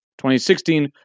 2016